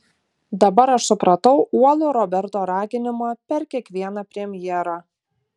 dabar aš supratau uolų roberto raginimą per kiekvieną premjerą